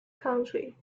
country